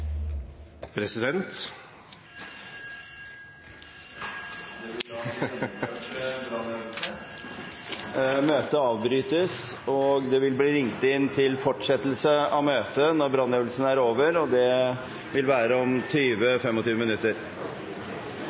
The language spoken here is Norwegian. Møtet avbrytes. Det vil bli ringt inn til fortsettelse av møtet når brannøvelsen er over – det vil være om 20–25 minutter.